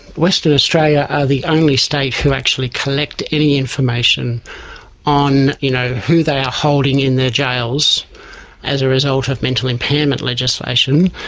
western australia is the only state who actually collect any information on you know who they are holding in their jails as a result of mental impairment legislation.